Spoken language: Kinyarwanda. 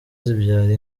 zibyara